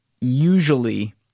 usually